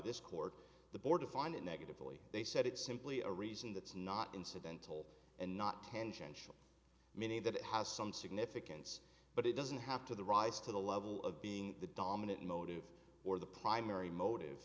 this court the board to find it negatively they said it's simply a reason that's not incidental and not tangential meaning that it has some significance but it doesn't have to the rise to the level of being the dominant motive or the primary motive